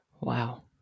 Wow